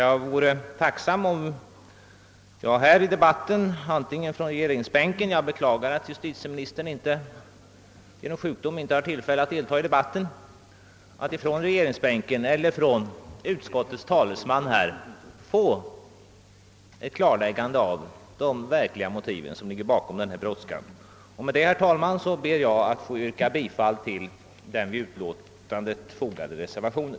Jag vore tacksam, om jag i den här debatten antingen från regeringsbänken — jag beklagar att justitieministern på srund av sjukdom inte har tillfälle delta i debatten — eller av utskottets talesman kunde få ett klarläggande av de verkliga motiven bakom denna brådska. Herr talman! Met det sagda ber jag få yrka bifall till den vid utlåtandet fogade reservationen.